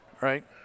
right